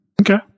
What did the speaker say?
Okay